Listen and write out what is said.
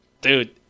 dude